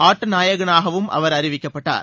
ஆட்ட நாயகனாகவும் அவர் அறிவிக்கப்பட்டார்